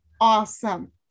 awesome